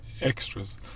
extras